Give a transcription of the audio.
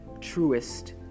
truest